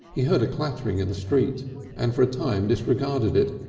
he heard a clattering in the street and for a time disregarded it,